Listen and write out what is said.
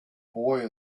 boy